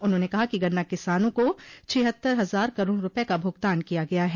उन्होंने कहा कि गन्ना किसानों को छिहत्तर हजार करोड़ रूपये का भुगतान किया गया है